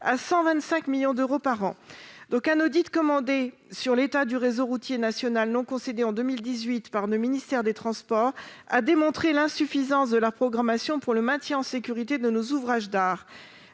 à 125 millions d'euros par an. Un audit commandé sur l'état du réseau routier national non concédé en 2018 par le ministère des transports a démontré l'insuffisance de la programmation pour le maintien en sécurité de nos ouvrages d'art.